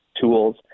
tools